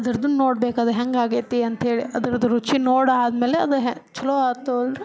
ಅದರದ್ದು ನೋಡ್ಬೇಕು ಅದು ಹೆಂಗಾಗೈತಿ ಅಂಥೇಳಿ ಅದ್ರದ್ದು ರುಚಿ ನೋಡಾದ್ಮೇಲೆ ಅದು ಹೆ ಚ ಲೋ ಆಯ್ತಂದ್ರೆ